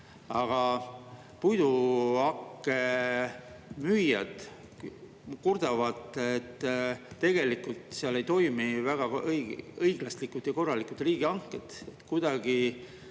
aga puiduhakke müüjad kurdavad, et tegelikult seal ei toimi väga õiglaselt ja korralikult riigihanked. Kuidagi